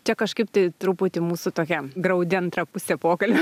čia kažkaip tai truputį mūsų tokia graudi antra pusė pokalbio